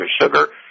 sugar